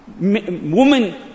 women